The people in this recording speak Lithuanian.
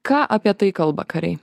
ką apie tai kalba kariai